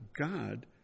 God